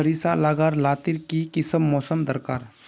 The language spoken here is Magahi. सरिसार ला गार लात्तिर की किसम मौसम दरकार?